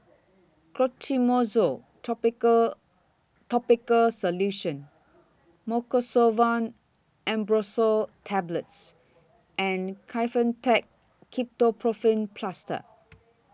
Clotrimozole Topical Topical Solution Mucosolvan Ambroxol Tablets and Kefentech Ketoprofen Plaster